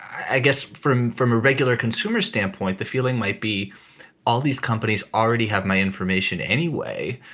i guess from from a regular consumer standpoint, the feeling might be all these companies already have my information anyway.